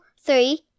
three